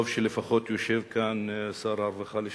טוב שלפחות יושב כאן שר הרווחה לשעבר.